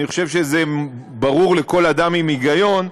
ואני חושב שזה ברור לכל אדם עם היגיון,